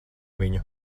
viņu